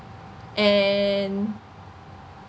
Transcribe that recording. and